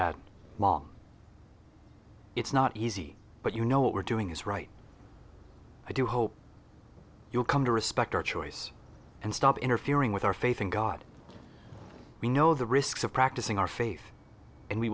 peace it's not easy but you know what we're doing is right i do hope you'll come to respect our choice and stop interfering with our faith in god we know the risks of practicing our faith and we